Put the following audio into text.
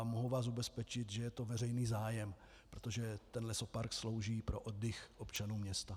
Mohu vás ubezpečit, že je to veřejný zájem, protože ten lesopark slouží pro oddych občanů města.